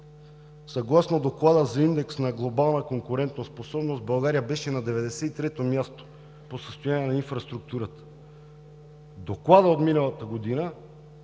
съгласно Доклада за индекс на глобалната конкурентоспособност България беше на 93-то място по състояние на инфраструктурата. В доклада от миналата година